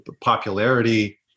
popularity